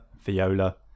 Viola